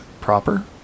proper